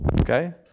Okay